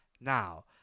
Now